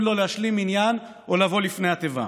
לו להשלים מניין או לעבור לפני התיבה.